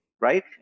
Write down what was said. right